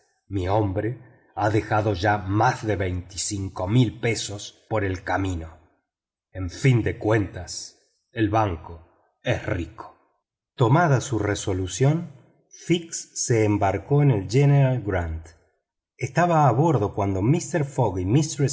mi hombre ha dejado ya más de cinco mil libras por el camino en fin de cuentas el banco es rico tomada su resolución fix se embarcó en el general grant estaba a brodo cuando mister fogg